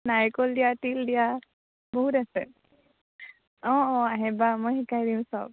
নাৰিকল দিয়া তিল দিয়া বহুত আছে অঁ অঁ আহিবা মই শিকাই দিম চব